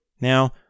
Now